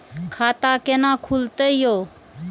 खाता केना खुलतै यो